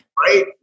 Right